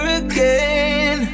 again